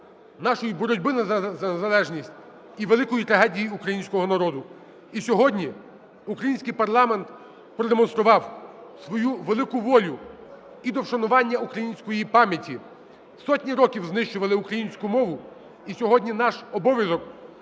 нашої боротьби за незалежність і великої трагедії українського народу. І сьогодні український парламент продемонстрував свою велику волю і до вшанування української пам'яті. Сотні років знищували українську мову, і сьогодні наш обов'язок